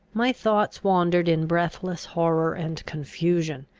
my thoughts wandered in breathless horror and confusion,